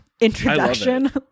introduction